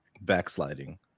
backsliding